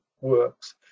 works